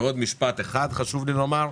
ועוד משפט אחד חשוב לי לומר: